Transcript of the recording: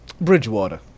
Bridgewater